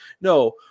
No